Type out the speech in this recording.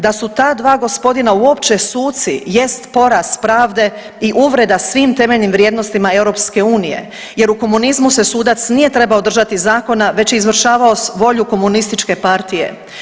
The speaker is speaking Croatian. Da su ta dva gospodina uopće suci jest poraz pravde i uvreda svim temeljnim vrijednostima EU jer u komunizmu se sudac nije trebao držati zakona već je izvršavao volju komunističke partije.